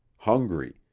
hungry,